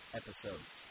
episodes